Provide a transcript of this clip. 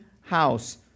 house